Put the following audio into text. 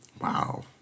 wow